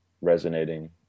resonating